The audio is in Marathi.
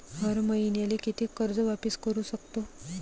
हर मईन्याले कितीक कर्ज वापिस करू सकतो?